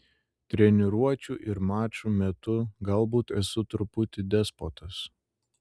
treniruočių ir mačų metu galbūt esu truputį despotas